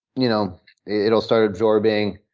you know it will start absorbing.